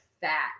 fat